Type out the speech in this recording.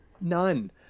none